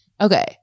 Okay